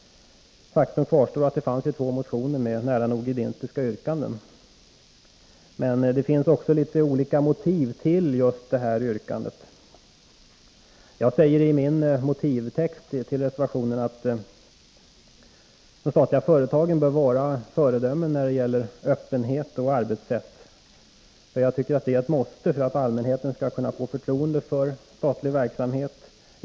Faktum. kvarstår dock att det finns två motioner med nära nog identiska yrkanden Men det finns också litet olika motiv till just detta yrkande. Jag säger i min motivtext till reservationen att de statliga företagen bör vara föredömen när det gäller öppenhet och arbetssätt. Jag tycker att det är ett måste för att allmänheten skall kunna få förtroende för statlig verksamhet.